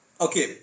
Okay